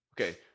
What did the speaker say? Okay